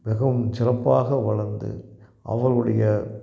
மிகவும் சிறப்பாக வளர்ந்து அவளுடைய